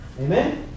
Amen